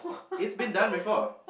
it's been done before